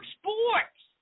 sports